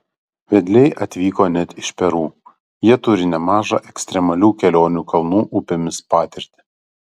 vedliai atvyko net iš peru jie turi nemažą ekstremalių kelionių kalnų upėmis patirtį